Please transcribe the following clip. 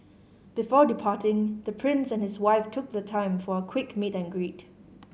before departing the Prince and his wife took the time for a quick meet and greet